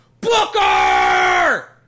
Booker